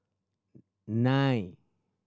nine